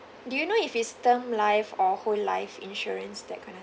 do you know if is term life or whole life insurance that kind of